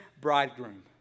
bridegroom